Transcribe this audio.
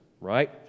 right